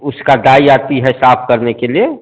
उसका दाई आती है साफ़ करने के लिए